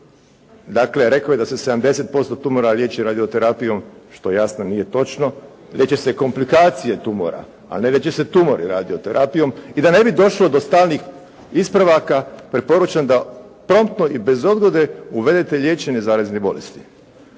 Dakle rekao je da se 70% tumora liječi radio terapijom što jasno nije točno. Liječe se komplikacije tumora, a ne liječe se tumori radio terapijom. I da ne bi došlo do stalnih ispravaka preporučam da promptno i bez odgode uvedete liječenje zaraznih bolesti.